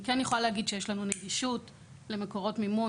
אני יכולה להגיד שיש לנו נגישות למקורות מימון,